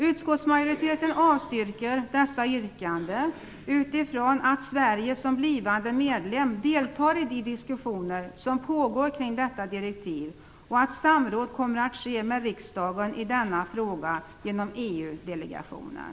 Utskottsmajoriteten avstyrker dessa yrkanden utifrån att Sverige deltar som blivande medlem i de diskussioner som pågår kring detta direktiv och att samråd kommer att ske med riksdagen i denna fråga genom EU-delegationen.